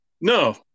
No